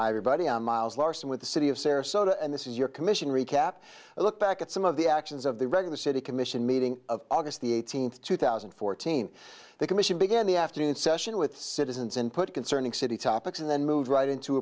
everybody on miles larsen with the city of sarasota and this is your commission recap a look back at some of the actions of the reading the city commission meeting of august the eighteenth two thousand and fourteen the commission began the afternoon session with citizens input concerning city topics and then moved right into